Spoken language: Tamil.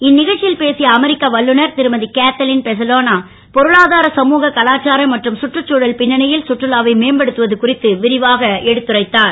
இந்தக ச்சி ல் பேசிய அமெரிக்க வல்லுநர் ரும கேத்தலீன் பெசலானோ பொருளாதார சமூக கலாச்சார மற்றும் சுற்றுச்சூழல் பின்னணி ல் சுற்றுலாவை மேம்படுத்துவது குறித்து விரிவாக எடுத்துரைத்தார்